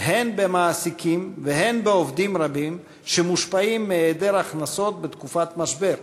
הן במעסיקים והן בעובדים רבים שמושפעים מהיעדר הכנסות בתקופות משבר,